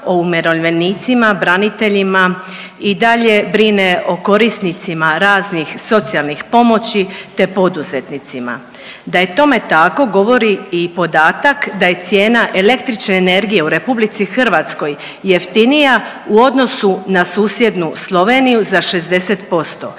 o umirovljenicima, braniteljima. I dalje brine o korisnicima raznih socijalnih pomoći te poduzetnicima. Da je tome tako govori i podatak da je cijena električne energije u RH jeftinija u odnosu na susjednu Sloveniju za 60%.